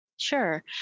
Sure